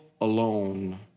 alone